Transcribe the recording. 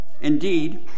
indeed